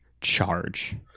charge